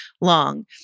long